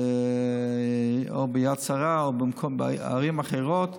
ביד שרה או בערים אחרות,